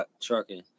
trucking